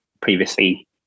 previously